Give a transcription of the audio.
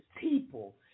people